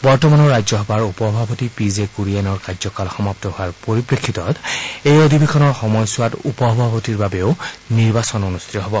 বৰ্তমানৰ ৰাজ্যসভাৰ উপ সভাপতি পি জে কুৰিয়ানৰ কাৰ্যকাল সমাপ্ত হোৱাৰ পৰিপ্ৰেক্ষিতত এই অধিৱেশনৰ সময়ছোৱা উপ সভাপতিৰ বাবেও নিৰ্বাচন অনুষ্ঠিত হ'ব